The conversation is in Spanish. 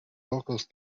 locos